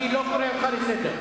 אני לא קורא אותך לסדר.